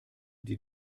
die